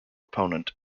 opponent